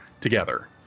together